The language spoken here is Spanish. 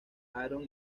aaron